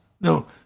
No